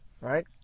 Right